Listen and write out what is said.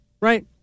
right